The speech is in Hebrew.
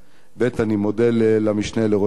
אני מודה למשנה לראש הממשלה,